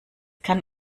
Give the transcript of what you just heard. kann